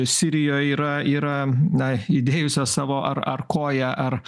sirijoj yra yra na įdėjusios savo ar ar koją ar